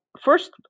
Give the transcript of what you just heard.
first